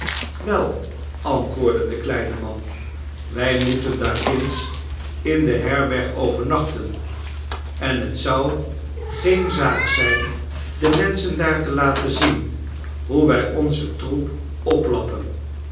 wei antwoordde de kleine man wij moeten daar ginds in de herberg overnachten en het zou geene zaak zijn de menschen daar te laten zien hoe wij onzen troep oplappen